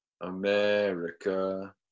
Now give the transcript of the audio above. America